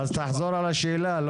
תחזור על השאלה.